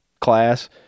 class